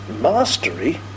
mastery